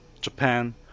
Japan